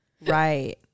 Right